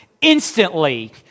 Instantly